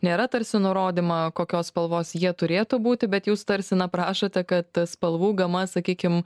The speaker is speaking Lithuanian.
nėra tarsi nurodymą kokios spalvos jie turėtų būti bet jūs tarsi na prašote kad spalvų gama sakykim